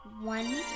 one